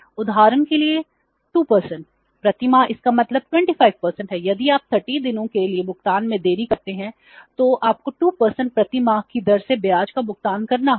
उदाहरण के लिए 2 प्रति माह इसका मतलब 24 है यदि आप 30 दिनों के लिए भुगतान में देरी करते हैं तो आपको 2 प्रति माह की दर से ब्याज का भुगतान करना होगा